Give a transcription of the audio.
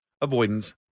avoidance